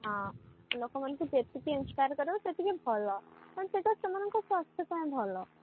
ହଁ ଲୋକମାନଙ୍କୁ ଯେତିକି ଇନ୍ସପାୟାର କରିବ ସେତିକି ଭଲ ମାନେ ସେଇଟା ସେମାନଙ୍କ ସ୍ୱାସ୍ଥ୍ୟ ପାଇଁ ଭଲ